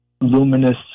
luminous